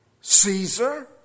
Caesar